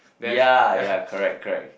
ya ya correct correct